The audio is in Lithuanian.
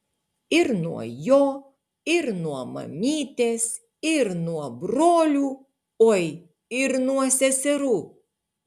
ir nuo jo ir nuo mamytės ir nuo brolių oi ir nuo seserų